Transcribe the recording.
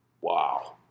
Wow